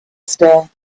still